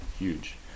Huge